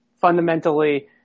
fundamentally